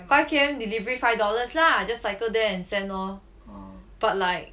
five K_M delivery five dollars lah just cycle there and send lor but like